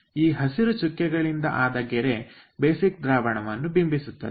ಈ ಹಸಿರು ಚುಕ್ಕೆಗಳಿಂದ ಆದ ಗೆರೆ ಬೇಸಿಕ್ ದ್ರಾವಣವನ್ನು ಬಿಂಬಿಸುತ್ತದೆ